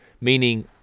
meaning